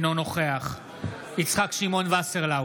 אינו נוכח יצחק שמעון וסרלאוף,